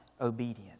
obedient